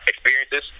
experiences